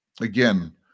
Again